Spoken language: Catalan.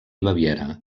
baviera